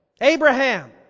Abraham